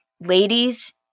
ladies